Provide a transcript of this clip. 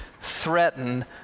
threaten